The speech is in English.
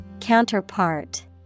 counterpart